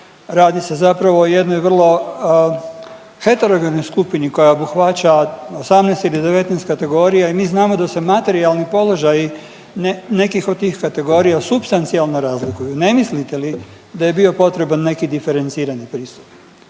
radi se zapravo o jednoj vrlo heterogenoj skupini koja obuhvaća 18 ili 19 kategorija i mi znamo da se materijalni položaji nekih od tih kategorija supstancijalno razlikuju. Ne mislite li da je bio potreban neki diferencirani pristup?